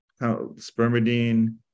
spermidine